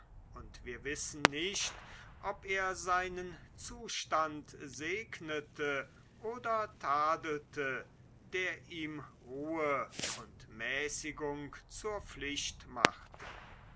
und wir wissen nicht ob er seinen zustand segnete oder tadelte der ihm ruhe und mäßigung zur pflicht machte